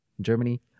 Germany